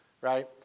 right